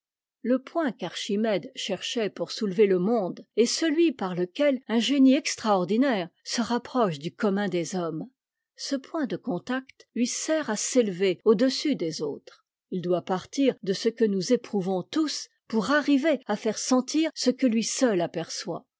le point qu'archimède cherchait pour soulever le monde est celui par eque un génie extraordinaire se rapproche du commun des hommes ce point de contact lui sert à s'élever au-dessus des autres il doit partir de ce que nous éprouvons tous pour arriver à faire sentir ce que lui seul aperçoit